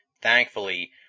Thankfully